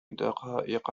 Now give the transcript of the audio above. دقائق